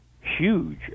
huge